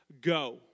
go